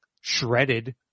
shredded